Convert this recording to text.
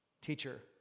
Teacher